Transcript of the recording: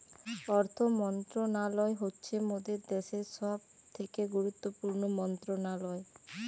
অর্থ মন্ত্রণালয় হচ্ছে মোদের দ্যাশের সবথেকে গুরুত্বপূর্ণ মন্ত্রণালয়